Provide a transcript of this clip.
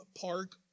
park